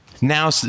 Now